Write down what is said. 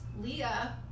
Leah